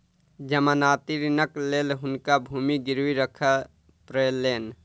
जमानती ऋणक लेल हुनका भूमि गिरवी राख पड़लैन